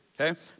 okay